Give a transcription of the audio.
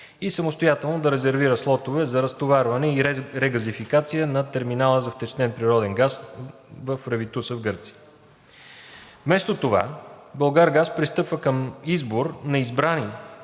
и самостоятелно да резервира слотове за разтоварване и регазификация на терминала за втечнен природен газ Ревитуса в Гърция. Вместо това „Булгаргаз“ пристъпва към избор на избрани